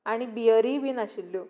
आनी बियरी बीन आशिल्ल्यो